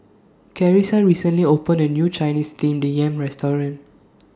Carissa recently opened A New Chinese Steamed Yam Restaurant